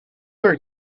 are